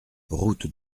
route